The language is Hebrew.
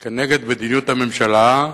כנגד מדיניות הממשלה,